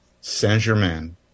Saint-Germain